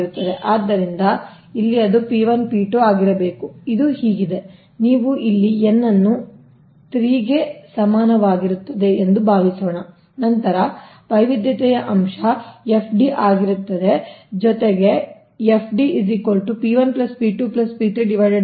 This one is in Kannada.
ಆದ್ದರಿಂದ ಇಲ್ಲಿ ಅದು P1 P2 ಆಗಿರಬೇಕು ಇದು ಹೀಗಿದೆ ನೀವು ಇಲ್ಲಿ n ಅನ್ನು 3 ಗೆ ಸಮನಾಗಿರುತ್ತದೆ ಎಂದು ಭಾವಿಸೋಣ ನಂತರ ವೈವಿಧ್ಯತೆಯ ಅಂಶ FD ಆಗಿರುತ್ತದೆ ಜೊತೆಗೆ ಉದಾಹರಣೆಯನ್ನು ತೆಗೆದುಕೊಳ್ಳುತ್ತೇವೆ